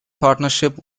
partnership